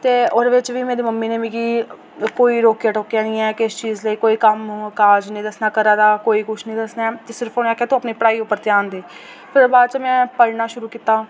ओह्दे बिच बी मेरी मम्मी ने मिगी कोई रोकेआ टोकेआ निं किश चीज़ लेई कोई कम्म काज निं दस्सना घरा दा कोई कुछ निं दस्सना सिर्फ उनें आखेआ तूं अपनी पढ़ाई उप्पर ध्यान दे फिर ओह्दे बाच में पढ़ना शुरू कीता